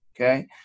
okay